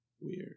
weird